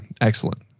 Excellent